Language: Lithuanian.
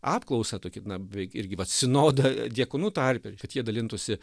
apklausą tokią na beveik irgi vat sinodą diakonų tarpe kad jie dalintųsi